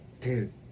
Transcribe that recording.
dude